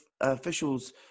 officials